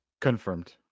Confirmed